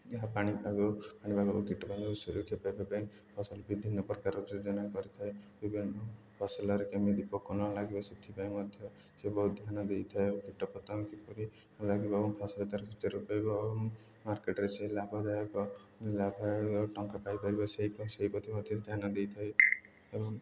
ଯାହା ପାଣିପାଗ ପାଣିପାଗକୁ କୀଟ ସୁରକ୍ଷା ପାଇବା ପାଇଁ ଫସଲ ବିଭିନ୍ନ ପ୍ରକାର ଯୋଜନା କରିଥାଏ ବିଭିନ୍ନ ଫସଲରେ କେମିତି ପୋକ ନ ଲାଗିବ ସେଥିପାଇଁ ମଧ୍ୟ ସେ ବହୁତ ଧ୍ୟାନ ଦେଇଥାଏ କୀଟପତଙ୍ଗ କିପରି ନ ଲାଗିବ ଏବଂ ଫସଲ ମାର୍କେଟ୍ରେ ସେ ଲାଭଦାୟକ ଲାଭ ଟଙ୍କା ପାଇପାରିବ ସେହି ସେହି ପ୍ରତି ମଧ୍ୟ ଧ୍ୟାନ ଦେଇଥାଏ ଏବଂ